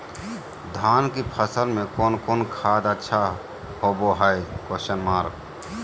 धान की फ़सल में कौन कौन खाद अच्छा होबो हाय?